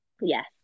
yes